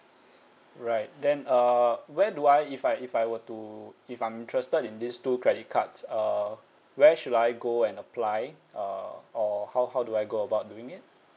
right then uh where do I if I if I were to if I'm interested in this two credit cards err where should I go and apply uh or how how do I go about doing it